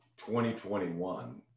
2021